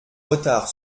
retard